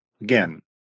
again